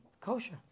kosher